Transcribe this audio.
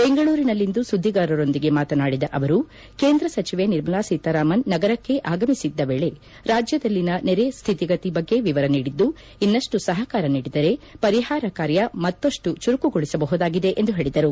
ಬೆಂಗಳೂರಿನಲ್ಲಿಂದು ಸುದ್ದಿಗಾರರೊಂದಿಗೆ ಮಾತನಾಡಿದ ಅವರು ಕೇಂದ್ರ ಸಚಿವೆ ನಿರ್ಮಲಾ ಸೀತಾರಾಮನ್ ನಗರಕ್ಕೆ ಆಗಮಿಸಿದ್ದ ವೇಳೆ ರಾಜ್ಯದಲ್ಲಿನ ನೆರೆ ಸ್ಥಿತಿಗತಿ ಬಗ್ಗೆ ವಿವರ ನೀಡಿದ್ದು ಇನ್ನಷ್ಟು ಸಹಕಾರ ನೀಡಿದರೆ ಪರಿಹಾರ ಕಾರ್ಯ ಮತ್ತಷ್ಟು ಚುರುಕುಗೊಳಿಸಬಹುದಾಗಿದೆ ಎಂದು ಹೇಳಿದರು